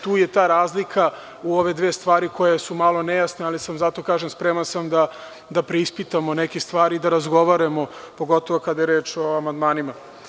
Tu je ta razlika u ove dve stvari koje su malo nejasne, ali sam zato spreman da preispitamo neke stvari i da razgovaramo, pogotovo kada je reč o amandmanima.